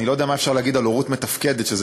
אני לא יודע מה אפשר להגיד על הורות מתפקדת כשזה